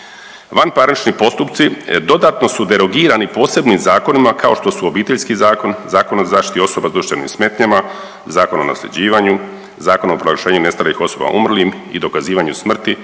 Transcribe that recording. Vanparnični postupci dodatno su derogirani posebnim zakonima kao što su Obiteljski zakon, Zakon o zaštiti osoba s duševnim smetnjama, Zakon o nasljeđivanju, Zakon o proglašenju nestalih osoba umrlim i dokazivanju smrti,